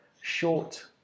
short